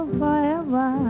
forever